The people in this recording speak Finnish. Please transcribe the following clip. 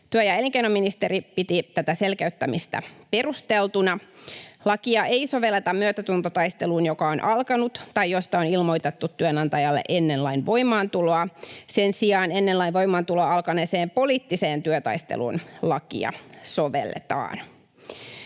työ- ja elinkeinoministeriö piti tätä selkeyttämistä perusteltuna. Lakia ei sovelleta myötätuntotaisteluun, joka on alkanut tai josta on ilmoitettu työnantajalle ennen lain voimaantuloa. Sen sijaan ennen lain voimaantuloa alkaneeseen poliittiseen työtaisteluun lakia sovelletaan.